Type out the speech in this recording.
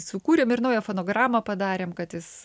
sukūrėm ir naują fonogramą padarmė kad jis